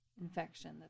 infection